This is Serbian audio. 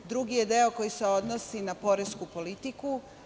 Drugi je deo koji se odnosi na poresku politiku.